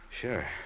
Sure